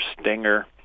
stinger